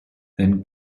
then